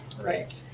Right